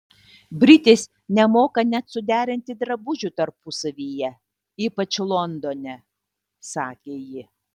britės nemoka net suderinti drabužių tarpusavyje ypač londone sakė ji